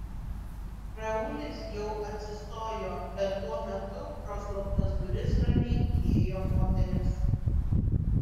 raulis jau atsistojo bet tuo metu pro slaptas duris ramiai įėjo moteris